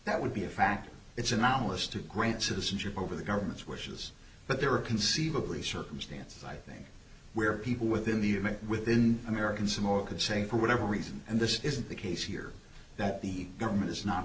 that would be a factor it's anomalous to grant citizenship over the government's wishes but there are conceivably circumstances i think where people within the within american samoa could saying for whatever reason and this isn't the case here that the government is not